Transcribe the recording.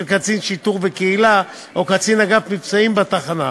קצין שיטור וקהילה או קצין אגף מבצעים בתחנה.